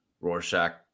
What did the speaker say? Rorschach